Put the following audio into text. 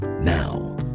Now